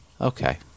Okay